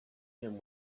him